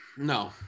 No